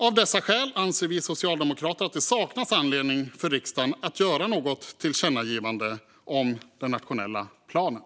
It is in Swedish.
Av dessa skäl anser vi socialdemokrater att det saknas anledning för riksdagen att göra något tillkännagivande om den nationella planen.